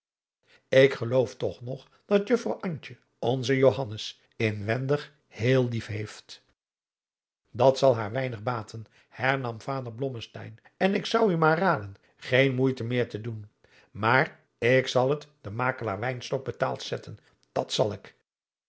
ik geloof toch nog dat juffrouw antje onzen johannes inwendig heel lief heeft dat zal haar weinig baten hernam vader blommesteyn en ik zou u maar raden geen moeite meer te doen maar ik zal het den makelaar wynstok betaald zetten dat zal ik